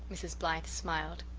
mrs. blythe smiled.